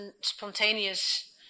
spontaneous